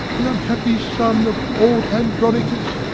the unhappy sons of old andronicus,